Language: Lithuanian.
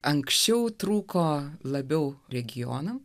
anksčiau trūko labiau regionams